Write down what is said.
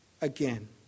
again